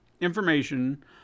information